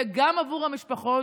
זה גם עבור המשפחות,